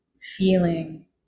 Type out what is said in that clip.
feeling